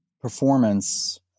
performance